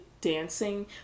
dancing